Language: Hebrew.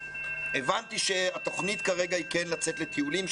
הבנתי שהתוכנית כרגע היא כן לצאת לטיולים.